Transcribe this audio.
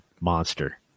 monster